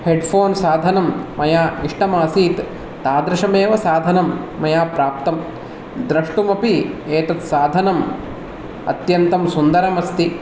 head phone साधनं मया इष्टमासीत् तादृशमेव साधनं मया प्राप्तं द्रष्टुमपि एतत् साधनम् अत्यन्तं सुन्दरम् अस्ति